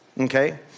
Okay